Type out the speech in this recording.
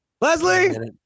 Leslie